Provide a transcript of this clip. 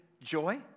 joy